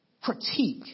critique